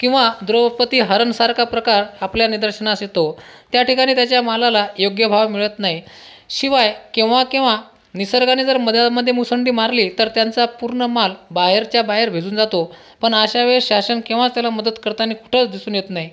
किंवा द्रौपदीहरणसारखा प्रकार आपल्या निदर्शनास येतो त्या ठिकाणी त्याच्या मालाला योग्य भाव मिळत नाही शिवाय केव्हा केव्हा निसर्गाने जर मधामध्ये मुसंडी मारली तर त्यांचा पूर्ण माल बाहेरच्या बाहेर भिजून जातो पण अशा वेळेस शासन केव्हाच त्याला मदत करतानी कुठंच दिसून येत नाही